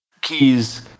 keys